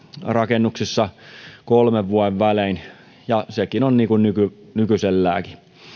rakennuksissa kolmen vuoden välein ja sekin on niin kuin nykyisellään